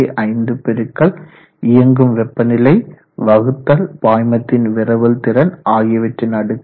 5 பெருக்கல் இயங்கும் வெப்பநிலை வகுத்தல் பாய்மத்தின் விரவல்திறன் ஆகியவற்றின் அடுக்கு 0